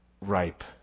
ripe